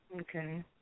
Okay